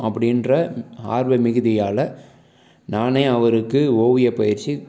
அப்படின்ற ஆர்வமிகுதியால் நானே அவருக்கு ஓவிய பயிற்சி